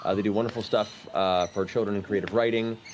ah they do wonderful stuff for children in creative writing.